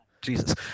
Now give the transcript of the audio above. Jesus